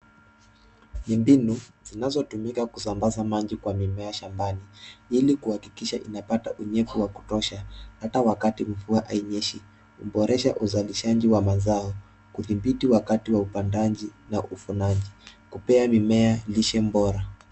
Ni mbinu zinazotumika kusambaza maji kwa mimea shambani, ili kuhakikisha inapata unyevu wa kutosha hata wakati mvua hainyeshi. Huboresha uzalishaji wa mazao, kudhibiti wakati wa upandaji na uvunaji, kupea mimea lishe bora.